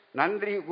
nandri